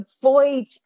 avoid